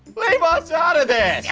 leave us out of this. yeah